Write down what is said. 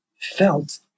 felt